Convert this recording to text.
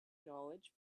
knowledge